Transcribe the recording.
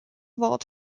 vault